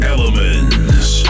Elements